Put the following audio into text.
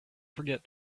forget